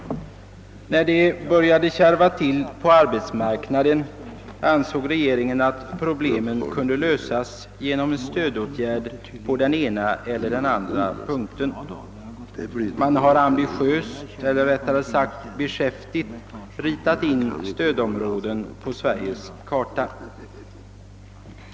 När det började kärva till på arbetsmarknaden ansåg regeringen att problemen kunde lösas genom stödåtgärder på den ena eller andra punkten. Man har ambitiöst — eller rättare sagt beskäftigt — ritat in stödområden på Sveriges karta.